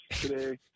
today